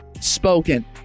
spoken